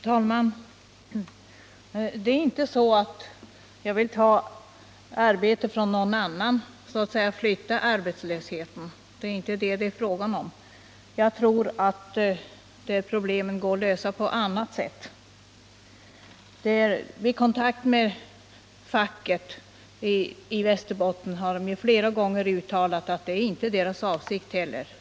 Herr talman! Det är inte så att jag vill ta arbete från någon annan, så att säga flytta arbetslösheten. Det är det inte fråga om. Jag tror att problemen går att lösa på annat sätt. Facket i Västerbotten har flera gånger uttalat att det inte heller är deras avsikt.